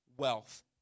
Wealth